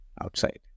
outside